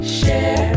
share